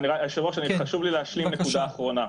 היושב-ראש, חשוב לי להשלים נקודה אחרונה.